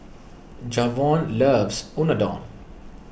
Javon loves Unadon